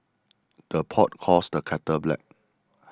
the pot calls the kettle black